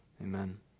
Amen